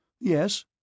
Yes